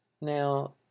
Now